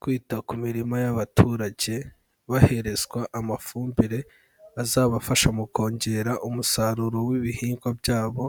Kwita ku mirima y'abaturage baherezwa amafumbire azabafasha mu kongera umusaruro w'ibihingwa byabo,